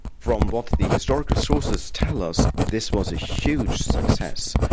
from what the historical sources tell us, this was a huge success.